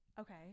okay